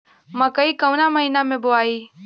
मकई कवना महीना मे बोआइ?